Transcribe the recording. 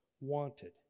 wanted